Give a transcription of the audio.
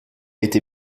été